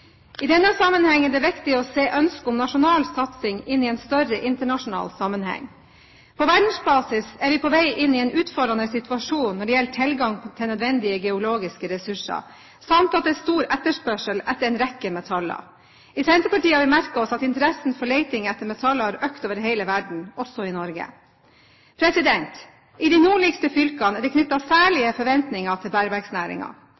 I denne sammenheng er det viktig å se ønsket om nasjonal satsing i en større internasjonal sammenheng. På verdensbasis er vi på vei inn i en utfordrende situasjon når det gjelder tilgang til nødvendige geologiske ressurser, samt at det er stor etterspørsel etter en rekke metaller. I Senterpartiet har vi merket oss at interessen for leting etter metaller har økt over hele verden, også i Norge. I de nordligste fylkene er det